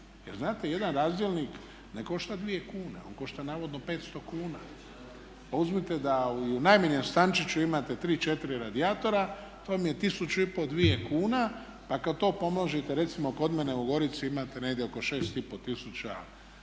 Jer znate, jedan razdjelnik ne košta dvije kune. On košta navodno 500 kuna. Pa uzmite da i u najmanjem stančiću imate tri, četiri radijatora. To vam je 1500, dvije kuna, pa kad to pomnožite recimo kod mene u Gorici imate negdje oko 6 i pol tisuća tih